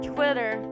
Twitter